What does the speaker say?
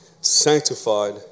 sanctified